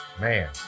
Man